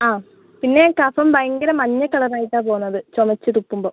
ആ പിന്നെ കഫം ഭയങ്കര മഞ്ഞ കളറായിട്ടാണ് പോകുന്നത് ചുമച്ച് തുപ്പുമ്പം